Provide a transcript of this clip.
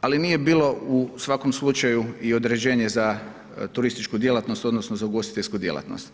ali nije bilo u svakom slučaju i određene za turističku djelatnost odnosno za ugostiteljsku djelatnost.